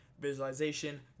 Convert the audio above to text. visualization